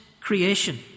creation